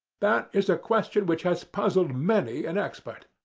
that is a question which has puzzled many an expert,